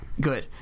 good